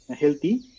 healthy